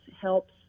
helps